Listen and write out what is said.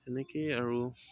তেনেকেই আৰু